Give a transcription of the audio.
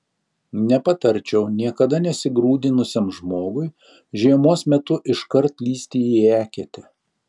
nepatarčiau niekada nesigrūdinusiam žmogui žiemos metu iškart lįsti į eketę